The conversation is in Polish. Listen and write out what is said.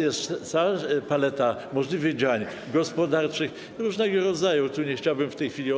Jest cała paleta możliwych działań gospodarczych, różnego rodzaju, nie chciałbym w tej chwili